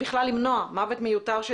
ובכלל למנוע מוות מיותר,